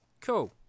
Cool